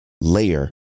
layer